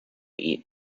eat